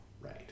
right